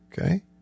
Okay